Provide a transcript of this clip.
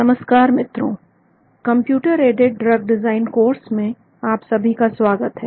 नमस्कार मित्रों computer aided drug design course में आप सभी का स्वागत है